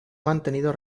mantenido